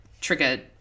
triggered